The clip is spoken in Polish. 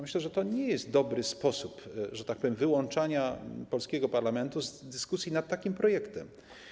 Myślę, że to nie jest dobry sposób wyłączania polskiego parlamentu z dyskusji nad takim projektem.